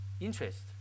interest